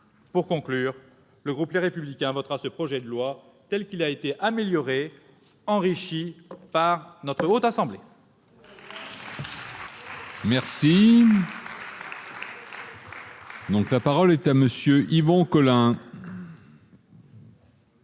Pour conclure, le groupe Les Républicains votera ce projet de loi tel qu'il a été amélioré et enrichi par les travaux de notre Haute Assemblée.